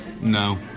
no